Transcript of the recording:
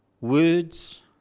words